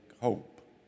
hope